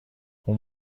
اون